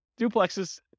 duplexes